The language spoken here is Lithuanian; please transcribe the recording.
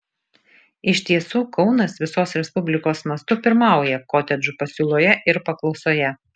iš tiesų kaunas visos respublikos mastu pirmauja kotedžų pasiūloje ir paklausoje